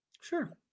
Sure